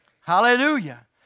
Hallelujah